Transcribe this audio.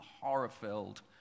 horror-filled